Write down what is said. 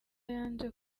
yanze